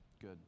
Good